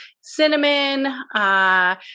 cinnamon